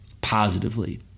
positively